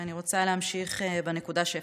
ואני רוצה להמשיך בנקודה שהפסקתי.